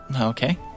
Okay